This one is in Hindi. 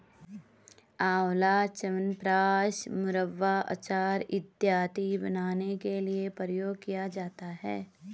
आंवला च्यवनप्राश, मुरब्बा, अचार इत्यादि बनाने के लिए प्रयोग किया जाता है